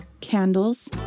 candles